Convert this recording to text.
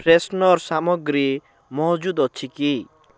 freshener ସାମଗ୍ରୀ ମହଜୁଦ ଅଛି କି